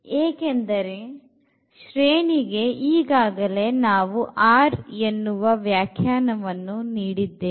ಏಕೆಂದರೆ ಶ್ರೇಣಿ ಗೆ ಈಗಾಗಲೇ ನಾವು r ಎನ್ನುವ ವ್ಯಾಖ್ಯಾನವನ್ನು ನೀಡಿದ್ದೇವೆ